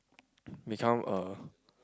become a